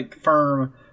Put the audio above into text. firm